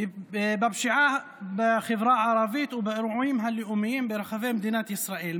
בפשיעה בחברה הערבית ובאירועים הלאומניים ברחבי מדינת ישראל.